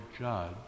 judge